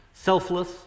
Selfless